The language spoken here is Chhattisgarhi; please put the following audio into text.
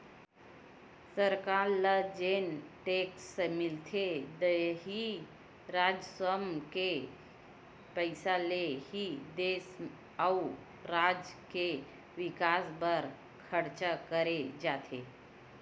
सरकार ल जेन टेक्स मिलथे इही राजस्व म के पइसा ले ही देस अउ राज के बिकास बर खरचा करे जाथे